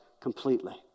completely